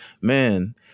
Man